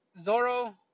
Zoro